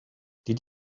did